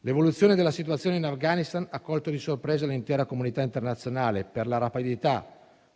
L'evoluzione della situazione in Afghanistan ha colto di sorpresa l'intera comunità internazionale, per la rapidità